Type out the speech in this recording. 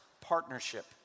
partnership